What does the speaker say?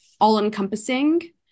all-encompassing